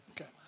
Okay